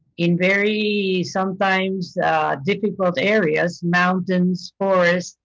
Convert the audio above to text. in very sometimes difficult areas, mountains, forests,